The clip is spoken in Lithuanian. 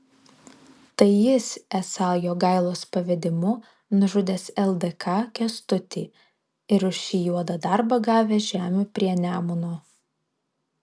tai jis esą jogailos pavedimu nužudęs ldk kęstutį ir už šį juodą darbą gavęs žemių prie nemuno